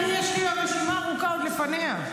יש לי רשימה ארוכה עוד לפניה.